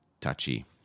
touchy